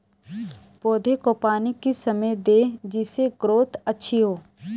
पौधे को पानी किस समय दें जिससे ग्रोथ अच्छी हो?